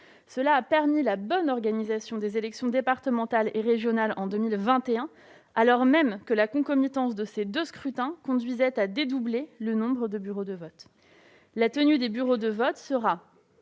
Cela a permis la bonne organisation des élections départementales et régionales en 2021, alors même que la concomitance de ces deux scrutins conduisait à dédoubler le nombre de bureaux de vote. La tenue des bureaux de vote sera,